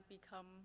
become